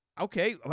Okay